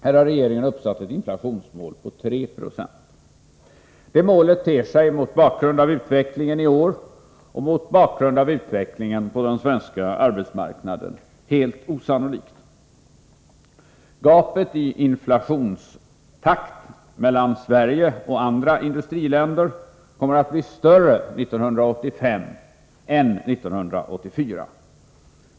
Här har regeringen uppsatt ett inflationsmål på 3 96. Det målet ter sig mot bakgrund av utvecklingen i år och mot bakgrund av utvecklingen på den svenska arbetsmarknaden helt osannolikt. Gapet i inflationstakt mellan Sverige och andra industriländer kommer att bli större 1985 än 1984.